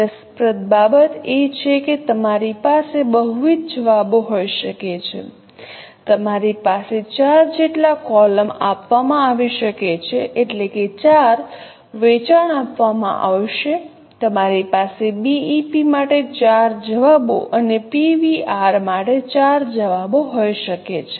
રસપ્રદ બાબત એ છે કે તમારી પાસે બહુવિધ જવાબો હોઈ શકે છે તમારી પાસે 4 જેટલા કૉલમ આપવામાં આવી શકે છે એટલે 4 વેચાણ આપવામાં આવશે તમારી પાસે બીઇપી માટે 4 જવાબો અને પીવીઆર માટે 4 જવાબો હોઈ શકે છે